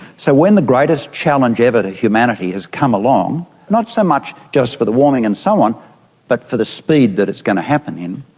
so when the greatest challenge ever to humanity has come along, not so much just for the warming and so on but for the speed that it's going to happen in,